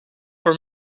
for